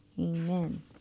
Amen